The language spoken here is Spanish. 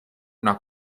una